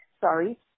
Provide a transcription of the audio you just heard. sorry